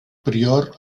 prior